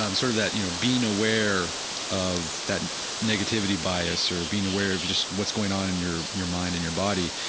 um sort of that you know being aware of that negativity bias or being aware of just what's going on in your your mind and in your body.